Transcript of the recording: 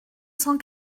cent